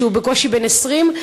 הוא בקושי בן 20,